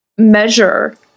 measure